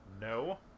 No